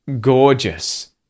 gorgeous